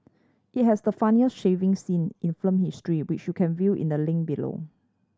it has the funniest shaving scene in film history which you can view in the link below